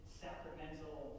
sacramental